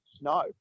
no